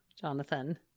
Jonathan